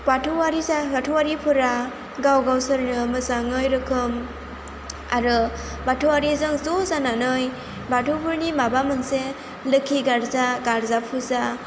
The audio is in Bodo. बाथौआरि जा बाथौआरिफोरा गाव गावसोरनो मोजाङै रोखोम आरो बाथौआरिजों ज' जानानै बाथौफोरनि माबा मोनसे लोखि गारजा गारजा फुजा